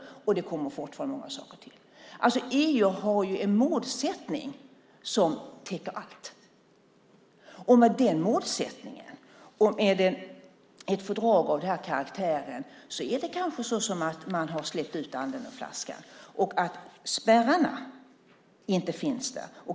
Det tillkommer fortfarande många saker. EU har ett mål som täcker in allt. Med det målet i ett fördrag av den här karaktären är det som att ha släppt ut anden ur flaskan. Spärrarna finns inte där.